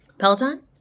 peloton